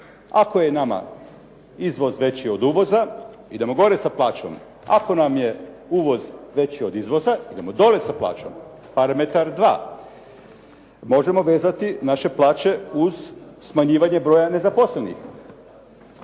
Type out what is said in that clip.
Ako je nama izvoz veći od uvoza idemo gore sa plaćom, ako nam je uvoz veći od izvoza idemo dole sa plaćom. Parametar dva. Možemo vezati naše plaće uz smanjivanje broja nezaposlenih.